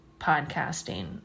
podcasting